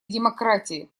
демократии